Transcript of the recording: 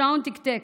השעון תקתק.